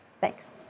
Thanks